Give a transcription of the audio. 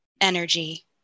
Energy